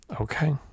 Okay